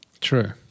true